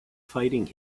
fighting